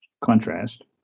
contrast